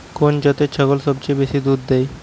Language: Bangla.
কোন জাতের ছাগল সবচেয়ে বেশি দুধ দেয়?